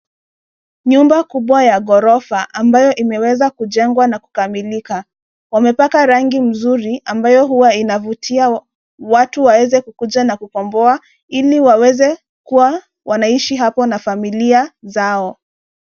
Nyumba kubwa ya ghorofa ambayo imewezwa kujengwa na kukamilika. Wamepaka rangi mzuri ambayo huwa inavutia watu waeza kukuja na kukomboa ili waweza kuwa wanaishi apo na familia zao.